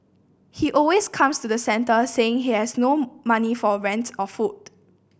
he always comes to the centre saying he has no money for rent or food